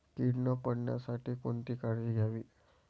कीड न पडण्यासाठी कोणती काळजी घ्यावी?